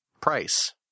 price